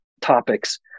topics